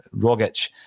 Rogic